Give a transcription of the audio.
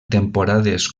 temporades